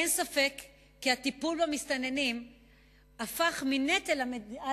אין ספק כי הטיפול במסתננים הפך מנטל על